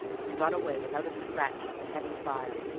and got away without a scratch under heavy fire.